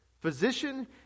Physician